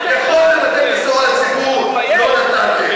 יכולתם לתת בשורה הציבור, לא נתתם.